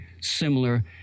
similar